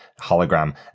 hologram